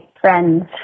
friends